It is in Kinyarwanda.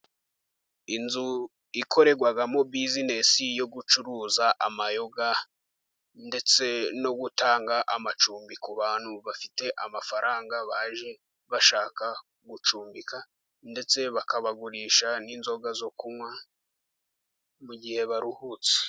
Inzu ikorerwamo business yo gucuruza amayoga, ndetse no gutanga amacumbi ku bantu bafite amafaranga, baje bashaka gucumbika. Ndetse bakabagurisha n'inzoga zo kunywa mu gihe baruhutse.